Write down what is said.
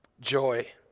joy